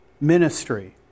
ministry